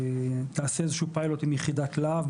שתעשה איזשהו פיילוט עם יחידת להב,